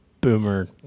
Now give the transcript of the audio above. boomer